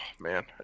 man